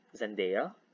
Zendaya